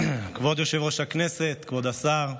כבוד יושב-ראש הישיבה, כבוד השר,